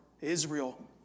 Israel